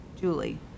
Julie